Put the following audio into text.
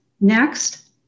Next